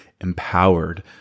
empowered